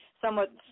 somewhat